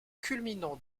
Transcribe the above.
culminant